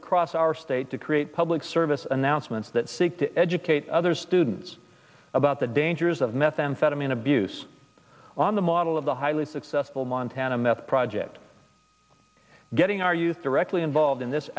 across our state to create public service announcements that seek to educate other students about the dangers of methane fetterman abuse on the model of the highly successful montana meth project getting our youth directly involved in this